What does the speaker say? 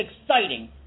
exciting